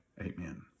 Amen